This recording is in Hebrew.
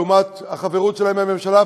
לעומת החברות שלהם בממשלה,